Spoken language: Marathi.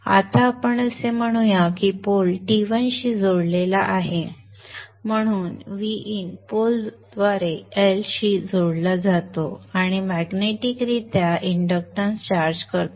आता आपण असे म्हणूया की पोल T1 शी जोडलेला आहे म्हणून Vin पोल द्वारे L शी जोडला जातो आणि मॅग्नेटिक रित्या इंडक्टन्स चार्ज करतो